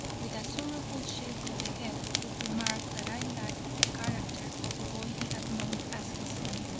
with a sorrowful shake of the head, would remark that i lacked the character of the boy he had known as his son.